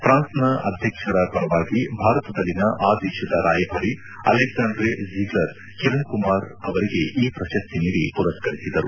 ಫ್ರಾನ್ಸ್ನ ಅಧ್ಯಕ್ಷರ ಪರವಾಗಿ ಭಾರತದಲ್ಲಿನ ಆ ದೇಶದ ರಾಯಭಾರಿ ಅಲೆಕ್ಸಾಂಡ್ರೆ ಜೀಗ್ಲರ್ ಕಿರಣ್ಕುಮಾರ್ ಅವರಿಗೆ ಈ ಪ್ರಶಸ್ತಿ ನೀದಿ ಪುರಸ್ಕರಿಸಿದರು